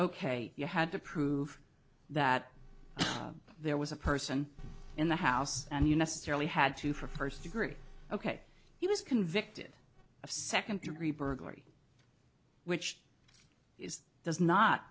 ok you had to prove that there was a person in the house and you necessarily had to for first degree ok he was convicted of second degree burglary which is does not